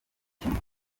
kimwe